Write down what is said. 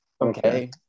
Okay